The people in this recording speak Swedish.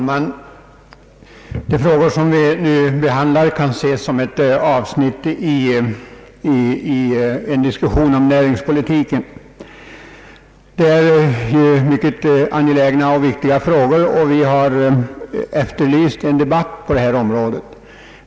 Herr talman! De frågor som vi nu behandlar kan ses som ett avsnitt i en diskussion om näringspolitiken. Det är ju mycket angelägna och viktiga frågor, och vi har från centern efterlyst en debatt på detta område.